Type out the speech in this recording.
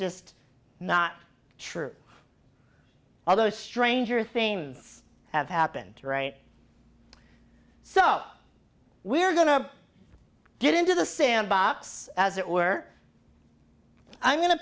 just not true although stranger things have happened right so we're going to get into the sandbox as it were i'm going to